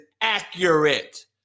accurate